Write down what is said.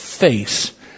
face